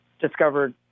discovered